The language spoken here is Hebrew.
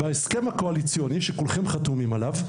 בהסכם הקואליציוני שכולכם חתומים עליו,